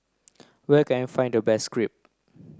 where can I find the best Crepe